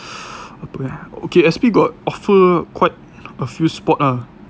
ah apa eh okay S_P got offer quite a few sport ah